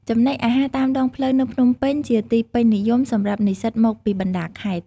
ចំណីអាហារតាមដងផ្លូវនៅភ្នំពេញជាទីពេញនិយមសម្រាប់និស្សិតមកពីបណ្តាខេត្ត ។